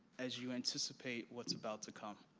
as you anticipate what's about to come.